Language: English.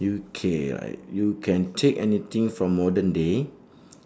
you K I you can take any thing from modern day